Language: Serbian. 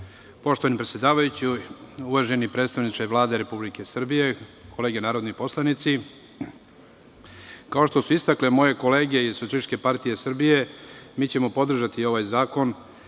Poštovani predsedavajući, uvaženi predstavniče Vlade Republike Srbije, kolege narodni poslanici, kao što su istakle moje kolege iz SPS, mi ćemo podržati ovaj zakon,